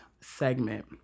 segment